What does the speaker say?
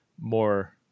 more